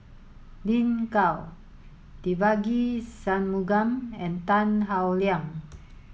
Lin Gao Devagi Sanmugam and Tan Howe Liang